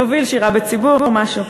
נוביל שירה בציבור, משהו.